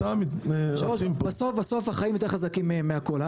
בסוף החיים יותר חזקים מהכול.